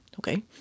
Okay